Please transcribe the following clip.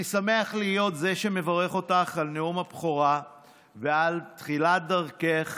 אני שמח להיות זה שמברך אותך על נאום הבכורה ועל תחילת דרכך